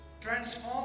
Transform